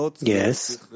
yes